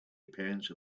appearance